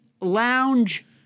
lounge